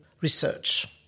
research